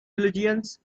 religions